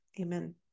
Amen